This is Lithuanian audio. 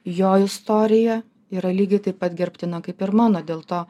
jo istorija yra lygiai taip pat gerbtina kaip ir mano dėl to